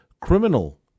criminal